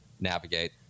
navigate